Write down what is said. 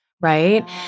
right